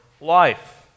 life